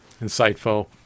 insightful